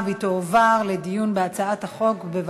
להעביר את הצעת חוק הדיור המוגן (תיקון,